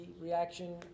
reaction